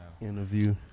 interview